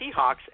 Seahawks